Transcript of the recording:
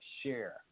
share